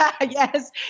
yes